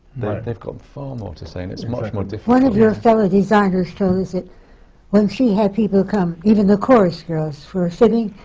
they've got far more to say and it's much more difficult. one of your fellow designers told us that when she had people come, even the chorus girls, for a fitting,